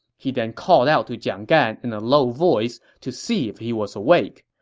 he then called out to jiang gan in a low voice to see if he was awake,